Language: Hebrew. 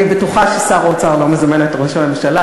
אני בטוחה ששר האוצר לא מזמן את ראש הממשלה